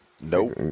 Nope